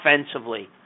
offensively